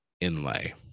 inlay